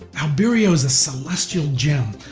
albireo is a celestial gem,